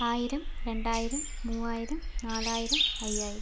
ആയിരം രണ്ടായിരം മുവ്വായിരം നാലായിരം അയ്യായിരം